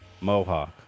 mohawk